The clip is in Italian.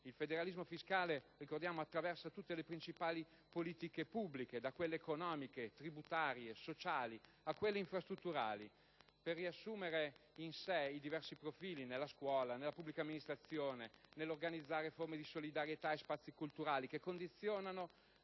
il federalismo fiscale attraversa, infatti, tutte le principali politiche pubbliche, da quelle economiche, tributarie, sociali a quelle infrastrutturali, per riassumere in sé i diversi profili, nella scuola, nella pubblica amministrazione, nell'organizzare forme di solidarietà o spazi culturali che condizionano